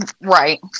right